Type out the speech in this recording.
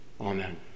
Amen